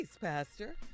Pastor